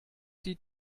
die